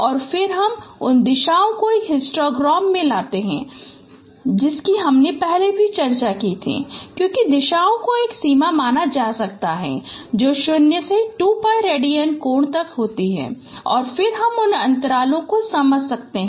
और फिर हम उन दिशाओं को एक हिस्टोग्राम में लाते हैं जिसकी हमने पहले भी चर्चा की थी क्योंकि दिशाओं को एक सीमा माना जा सकता है जो 0 से 2π रेडियन कोण तक होती है और फिर हम उन अंतरालों को समझ सकते हैं